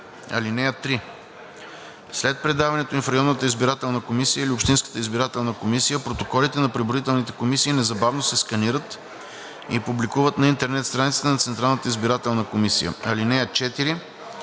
(3) След предаването им в районната избирателна комисия или общинската избирателна комисия протоколите на преброителните комисии незабавно се сканират и публикуват на интернет страницата на Централната избирателна комисия. (4)